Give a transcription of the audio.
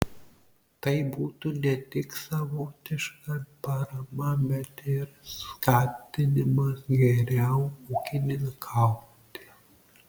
tai būtų ne tik savotiška parama bet ir skatinimas geriau ūkininkauti